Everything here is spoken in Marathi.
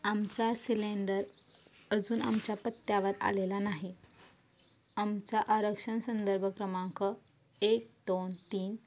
आमचा सिलेंडर अजून आमच्या पत्त्यावर आलेला नाही आमचा आरक्षण संदर्भ क्रमांक एक दोन तीन